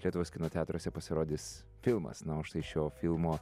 lietuvos kino teatruose pasirodys filmas na o štai šio filmo